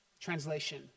Translation